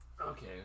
Okay